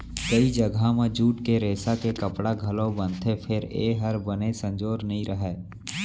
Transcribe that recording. कइ जघा म जूट के रेसा के कपड़ा घलौ बनथे फेर ए हर बने संजोर नइ रहय